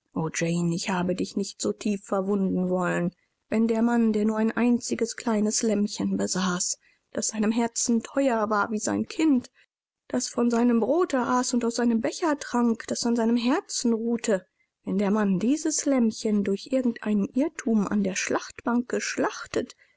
ich habe dich nicht so tief verwunden wollen wenn der mann der nur ein einziges kleines lämmchen besaß das seinem herzen teuer war wie sein kind das von seinem brote aß und aus seinem becher trank das an seinem herzen ruhte wenn der mann dieses lämmchen durch irgend einen irrtum an der schlachtbank geschlachtet